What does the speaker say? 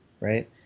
Right